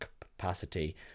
capacity